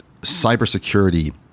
cybersecurity